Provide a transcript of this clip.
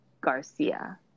Garcia